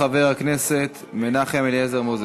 חבר הכנסת מנחם אליעזר מוזס.